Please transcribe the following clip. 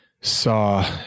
saw